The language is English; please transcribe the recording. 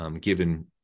given